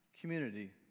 community